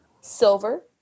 silver